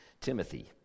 Timothy